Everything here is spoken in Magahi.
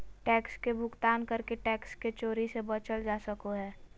टैक्स के भुगतान करके टैक्स के चोरी से बचल जा सको हय